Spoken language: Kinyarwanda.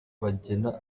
bagena